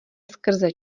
skrze